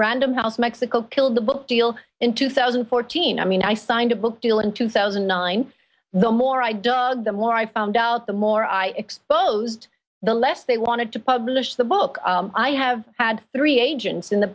random house mexico killed the book deal in two thousand and fourteen i mean i signed a book deal in two thousand and nine the more i dug the more i found out the more i exposed the less they wanted to publish the book i have had three agents in the